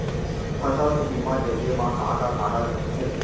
फसल के बीमा जरिए मा का का कागज लगथे?